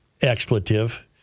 expletive